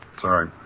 Sorry